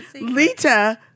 Lita